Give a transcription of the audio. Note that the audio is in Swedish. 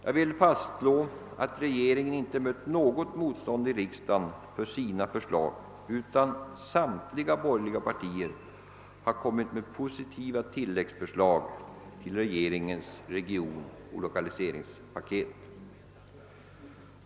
Jag vill fastslå att regeringen inte mött något motstånd i riksdagen mot sina förslag utan att samtliga borgerliga partier framlagt positiva tilläggsförslag i anslutning till regeringens regionoch lokaliseringspaket.